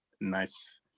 nice